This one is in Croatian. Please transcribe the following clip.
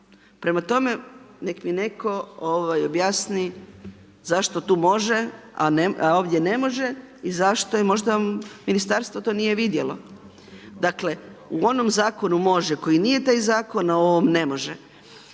Prema tome nek mi netko objasni zašto tu može, a ovdje ne može? I zašto možda ministarstvo to nije vidjelo? Dakle u onom zakonu može koji nije taj zakon, a u ovom ne može.